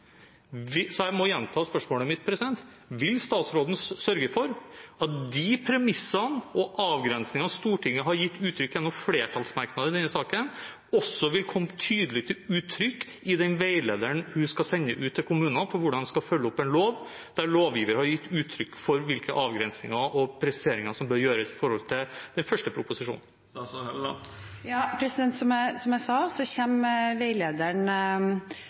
Jeg må gjenta spørsmålet mitt: Vil statsråden sørge for at de premissene og avgrensningene som Stortinget har gitt uttrykk for gjennom flertallsmerknader i denne saken, også vil komme tydelig til uttrykk i den veilederen hun skal sende ut til kommunene om hvordan man skal følge opp en lov der lovgiveren har gitt uttrykk for hvilke avgrensninger og presiseringer som bør gjøres i forhold til den første